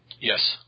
Yes